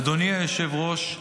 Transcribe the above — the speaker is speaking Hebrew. אדוני היושב-ראש,